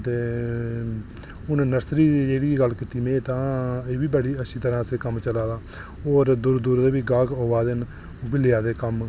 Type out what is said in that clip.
ते हून नर्सरी जेह्ड़ी में गल्ल कीती तां एह्बी बड़ी अच्छी तरह नै कम्म चला दा होर दूरै दूरै दे गाह्क बी आवा दे न ओह्बी लेआ दे कम्म